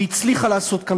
והצליחה לעשות כאן,